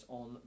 on